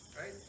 right